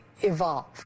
evolve